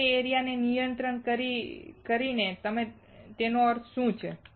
તો તે એરિયા ને નિયંત્રિત કરીને તેનો અર્થ શું છે